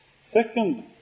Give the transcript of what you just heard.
Second